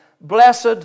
Blessed